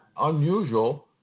unusual